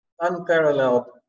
unparalleled